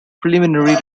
preliminary